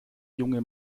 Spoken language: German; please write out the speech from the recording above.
junge